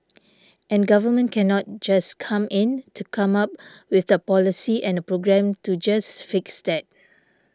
and government cannot just come in to come up with a policy and a program to just fix that